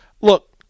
Look